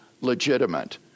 legitimate